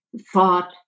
thought